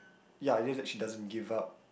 ya it's just that she doesn't give up